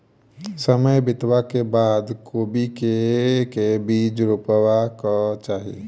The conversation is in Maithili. समय बितबाक बाद कोबी केँ के बीज रोपबाक चाहि?